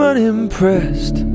Unimpressed